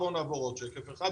בואו נעבור עוד שקף אחד.